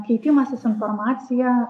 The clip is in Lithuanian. keitimasis informacija